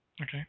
Okay